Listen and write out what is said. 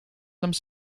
some